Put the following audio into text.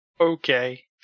Okay